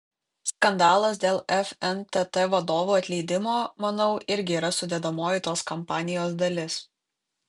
skandalas dėl fntt vadovų atleidimo manau irgi yra sudedamoji tos kampanijos dalis